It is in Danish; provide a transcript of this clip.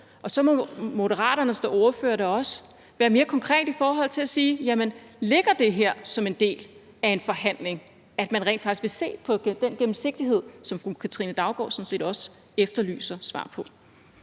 og så må Moderaternes ordfører også være mere konkret i forhold til at sige, om det her ligger som en del af en forhandling, altså at man rent faktisk vil se på den gennemsigtighed, som fru Katrine Daugaard sådan set også efterlyser svar på.